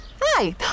Hi